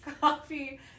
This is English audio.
coffee